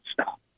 stop